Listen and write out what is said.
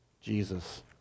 Jesus